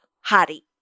hari